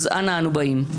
אנא אנו באים?